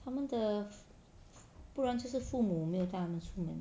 他们的不然就是父母没有带他们出门